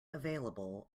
available